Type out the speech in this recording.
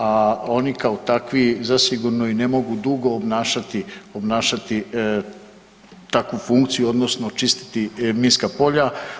A oni kao takvi zasigurno i ne mogu dugo obnašati takvu funkciju, odnosno čistiti minska polja.